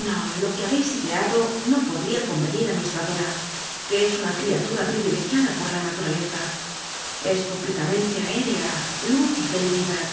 i'io lo que habcis ideado no podl'ia conyenir á nuestra dora que es una criatu ra pril'ilegiada por la natur'alcza es complctamcnlc aérea luz y felicidad